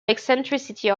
eccentricity